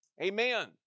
Amen